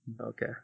Okay